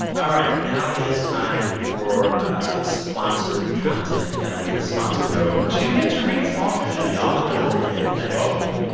all right. now it is time for ah sponsored content. we got to read a sponsor note you get to read sponsorships? y'all are going to read it, actually.